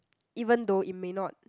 even though it may not